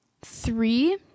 three